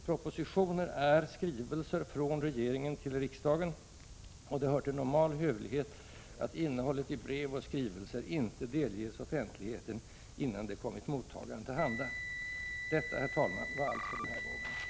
Propositioner är skrivelser från regeringen till riksdagen, och det hör till normal hövlighet att innehållet i brev och skrivelser inte delges offentligheten innan de kommit mottagaren till handa. Detta, herr talman, var allt för den här gången.